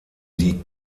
die